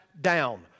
down